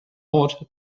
ort